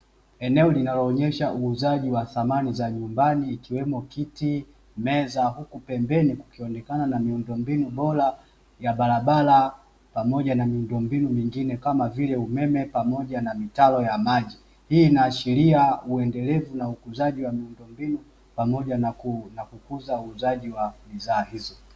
Eneo linaloonyesha uuzaji wa samani za nyumbani ikiwemo kiti, meza huku pembeni kukionekana miundo mbinu bora ya barabara pamoja na miundo mbinu mingine kama umeme na mitaro ya maji, hii inaashiria undelevu na ukuzaji wa miundo mbinu pamoja na kukuza uuzaji wa bidhaa hizo.